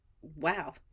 wow